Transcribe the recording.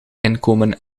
inkomen